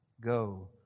go